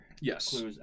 Yes